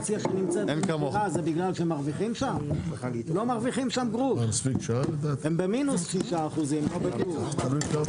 הישיבה ננעלה בשעה 12:04.